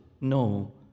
No